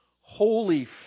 Holy